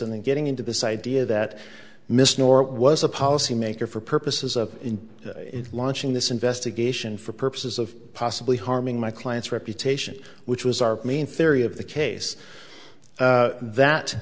and then getting into this idea that miss nora was a policy maker for purposes of in launching this investigation for purposes of possibly harming my client's reputation which was our main theory of the case that